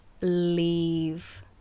leave